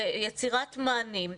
ויצירת מענים.